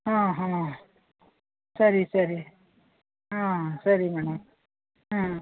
ಹ್ಞೂ ಹ್ಞೂ ಸರಿ ಸರಿ ಹಾಂ ಸರಿ ಮೇಡಮ್ ಹ್ಞೂ